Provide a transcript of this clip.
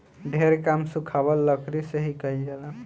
ढेर काम सुखावल लकड़ी से ही कईल जाला